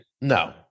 No